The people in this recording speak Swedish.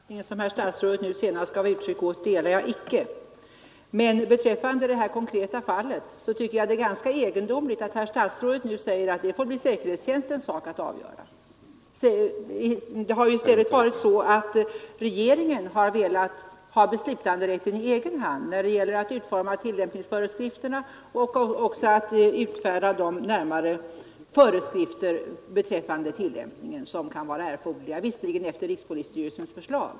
Herr talman! Den uppfattning som statsrådet nu senast gav uttryck åt delar jag icke. Men beträffande det konkreta fallet tycker jag det är ganska egendomligt att herr statsrådet nu säger att det får bli säkerhetstjänstens sak att avgöra. Det har ju i stället varit så, att regeringen har velat ta beslutanderätten i egen hand när det gäller att utforma tillämpningsföre skrifterna och också att utfärda de närmare föreskrifter beträ tillämpningen som kan vara erforderliga, vis rikspolisstyrelsen.